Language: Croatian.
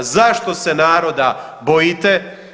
Zašto se naroda bojite?